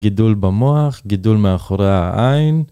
גידול במוח, גידול מאחורי העין.